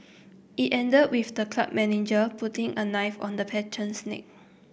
it ended with the club manager putting a knife on the patron's neck